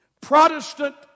Protestant